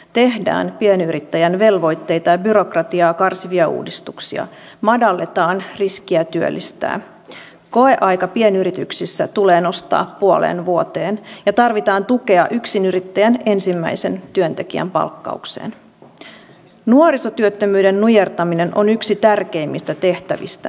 kun ottaa huomioon sen että maksujen korotus iskee juuri kaikista heikko osaisimpiin ja paljon palveluita käyttäviin ihmisiin kuten sairaisiin ja eläkeläisiin ja vammaisiin tekee hallitus tässä kovan arvovalinnan